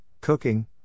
cooking